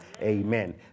Amen